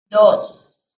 dos